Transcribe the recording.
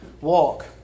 walk